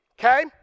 okay